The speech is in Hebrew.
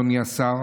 אדוני השר,